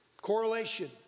Correlation